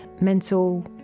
mental